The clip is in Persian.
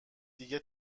دیگه